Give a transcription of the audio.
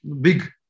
big